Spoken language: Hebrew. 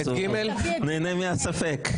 אז הוא נהנה מהספק.